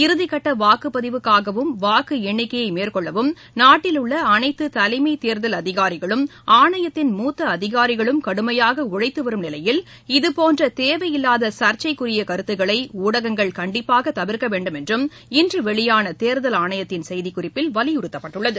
இறுதிக்கட்ட வாக்குப்பதிவுக்காகவும் வாக்கு எண்ணிக்கையை மேற்கொள்வதற்கும் நாட்டில் உள்ள அனைத்து தலைமைத் தேர்தல் அதிகாரிகளும் ஆணையத்தின் மூத்த அதிகாரிகளும் கடுமையாக உழைத்து வரும் நிலையில் இதுபோன்ற தேவையில்லாத சர்ச்சைக்குரிய கருத்துக்களை ஊடகங்கள் கண்டிப்பாக தவிர்க்க வேண்டும் என்றும் இன்று வெளியான தேர்தல் ஆணையத்தின் செய்திக் குறிப்பில் வலியுறுத்தப்பட்டுள்ளது